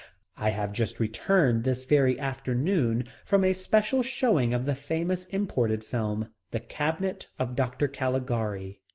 i have just returned this very afternoon from a special showing of the famous imported film, the cabinet of dr. caligari.